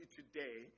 today